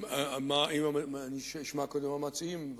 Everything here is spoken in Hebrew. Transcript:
אני אשמע קודם מה המציעים מבקשים.